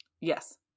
Yes